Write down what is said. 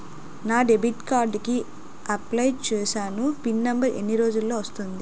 నా debit card కి apply చూసాను పిన్ నంబర్ ఎన్ని రోజుల్లో వస్తుంది?